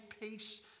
peace